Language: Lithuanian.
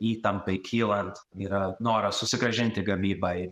įtampai kylant yra noras susigrąžinti gamybą į